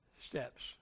steps